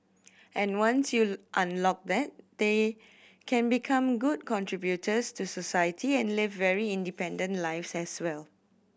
and once you unlock that they can become good contributors to society and live very independent lives as well